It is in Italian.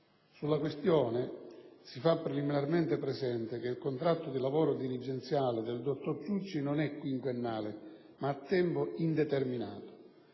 Sulla questione si fa preliminarmente presente che il contratto di lavoro dirigenziale del dottor Ciucci non è quinquennale ma a tempo indeterminato,